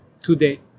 today